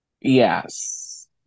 Yes